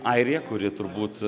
airija kuri turbūt